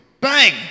Bang